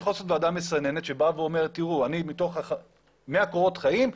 אני יכול לעשות ועדה מסננת שבאה ואומרת שמתוך 100 קורות חיים,